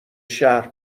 شهر